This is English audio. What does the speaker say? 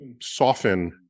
soften